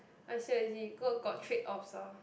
I see I see got got trade offs ah